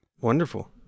Wonderful